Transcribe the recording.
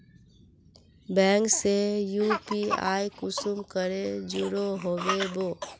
Bank से UPI कुंसम करे जुड़ो होबे बो?